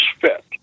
fit